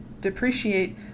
depreciate